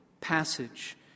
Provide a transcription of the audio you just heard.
passage